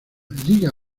liga